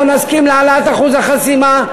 לא נסכים להעלאת אחוז החסימה,